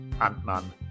ant-man